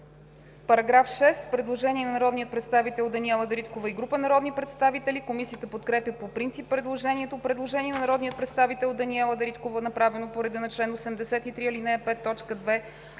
направено предложение от народния представител Даниела Дариткова и група народни представители. Комисията подкрепя по принцип предложението. Предложение на народния представител Даниела Дариткова, направено по реда на чл. 83, ал.